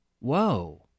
Whoa